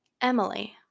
Emily